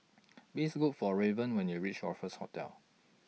Please Look For Lavern when YOU REACH Raffles Hotel